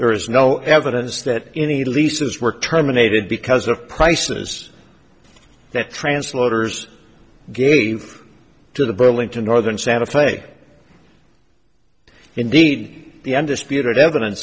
there is no evidence that any leases were terminated because of prices that translators gave to the burlington northern santa fe indeed the undisputed evidence